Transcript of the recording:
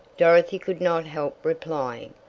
dorothy could not help replying.